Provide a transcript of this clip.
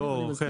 אמרת משהו דומה.